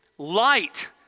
Light